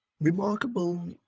remarkable